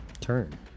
turn